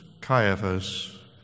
Caiaphas